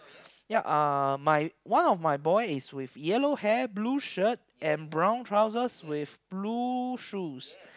ya uh my one of my boy is with yellow hair blue shirt and brown trousers with blue shoes